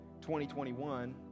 2021